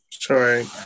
Sorry